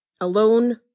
Alone